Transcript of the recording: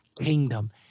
kingdom